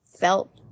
felt